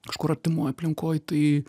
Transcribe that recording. kažkur artimoj aplinkoj tai